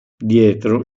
dietro